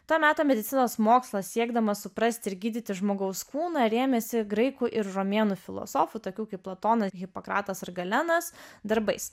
to meto medicinos mokslas siekdamas suprasti ir gydyti žmogaus kūną rėmėsi graikų ir romėnų filosofų tokių kaip platonas hipokratas ir galenas darbais